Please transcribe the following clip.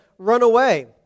runaway